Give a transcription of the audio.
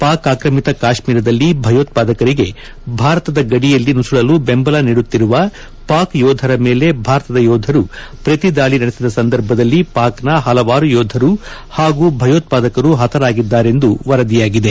ಪಾಕ್ ಆಕ್ರಮಿತ ಕಾಶ್ಮೀರದಲ್ಲಿ ಭಯೋತ್ತಾದಕರಿಗೆ ಭಾರತದ ಗಡಿಯಲ್ಲಿ ನುಸುಳಲ್ಲು ಬೆಂಬಲ ನೀಡುತ್ತಿರುವ ಪಾಕ್ ಯೋಧರ ಮೇಲೆ ಭಾರತದ ಯೋಧರು ಪ್ರತಿದಾಳಿ ನಡೆಸಿದ ಸಂದರ್ಭದಲ್ಲಿ ಪಾಕ್ನ ಪಲವಾರು ಯೋಧರು ಪಾಗೂ ಭಯೋತ್ವಾದಕರು ಪತರಾಗಿದ್ದಾರೆಂದು ಎಂದು ವರದಿಯಾಗಿದೆ